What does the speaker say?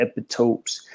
epitopes